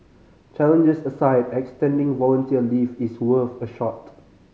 challenges aside extending volunteer leave is worth a shot